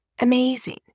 Amazing